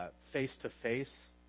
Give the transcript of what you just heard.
face-to-face